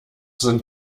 sind